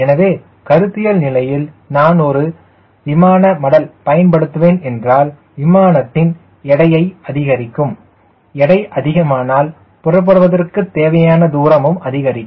எனவே கருத்தியல் நிலையில் நான் ஒரு விமான மடல் பயன்படுத்துவேன் என்றால் விமானத்தின் எடையை அதிகரிக்கும் எடை அதிகமானால் புறப்படுவதற்கு தேவையான தூரமும் அதிகரிக்கும்